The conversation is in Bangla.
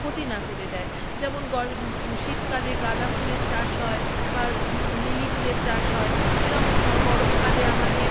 ক্ষতি না করে দেয় যেমন গর শীতকালে গাঁদা ফুলের চাষ হয় বা লিলি ফুলের চাষ হয় সেরকম গরমকালে আমাদের